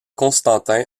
constantin